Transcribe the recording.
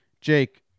Jake